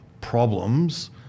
Problems